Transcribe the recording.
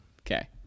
Okay